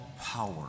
power